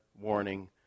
warning